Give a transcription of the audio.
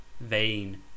vain